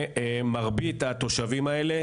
מרבית התושבים האלה,